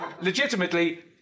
Legitimately